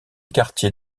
quartier